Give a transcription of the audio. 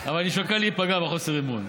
אבל אני שוקל להיפגע מחוסר האמון.